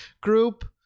group